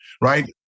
right